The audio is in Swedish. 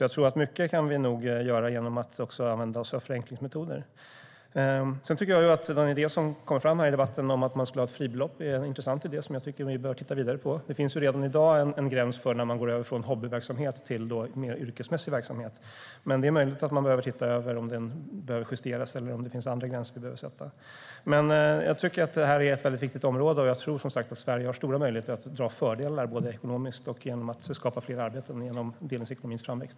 Jag tror att vi kan göra mycket genom att använda oss av förenklingsmetoder. Den idé som kom fram i debatten om att man skulle ha ett fribelopp är en intressant idé som jag tycker att vi bör titta vidare på. Det finns redan i dag en gräns för när man går över från hobbyverksamhet till mer yrkesmässig verksamhet. Men det är möjligt att man behöver titta över om den behöver justeras eller om det finns andra gränser vi behöver sätta. Jag tycker att detta är ett viktigt område, och jag tror som sagt att Sverige har stora möjligheter att dra fördelar både ekonomiskt och genom att skapa fler arbeten genom delningsekonomins framväxt.